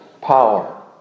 power